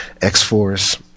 x-force